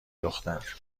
دختر